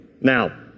Now